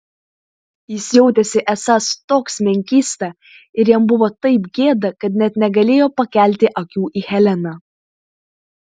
jis jautėsi esąs toks menkysta ir jam buvo taip gėda kad net negalėjo pakelti akių į heleną